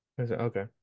Okay